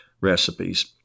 recipes